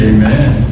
Amen